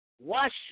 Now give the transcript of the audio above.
Wash